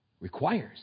requires